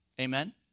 amen